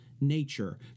nature